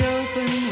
open